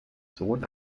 sohn